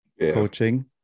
coaching